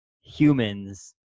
humans